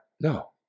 No